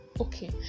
okay